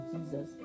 Jesus